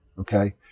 Okay